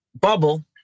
bubble